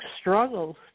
struggles